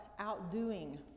outdoing